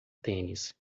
tênis